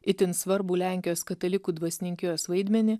itin svarbų lenkijos katalikų dvasininkijos vaidmenį